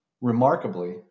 Remarkably